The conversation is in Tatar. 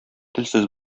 телсез